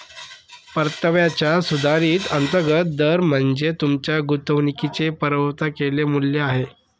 परताव्याचा सुधारित अंतर्गत दर म्हणजे तुमच्या गुंतवणुकीचे परतावा केलेले मूल्य आहे